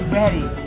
ready